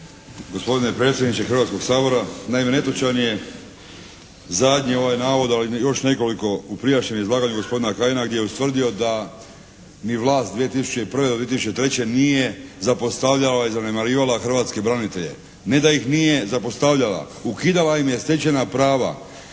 Gospodine predsjedniče Hrvatskoga sabora. Naime netočan je zadnji ovaj navod, ali još nekoliko u prijašnjem izlaganju gospodina Kajina gdje je ustvrdio da ni vlast 2001. do 2003. nije zapostavljala i zanemarivala hrvatske branitelje. Ne da ih nije zapostavljala, ukidala im je stečena prava,